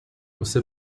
você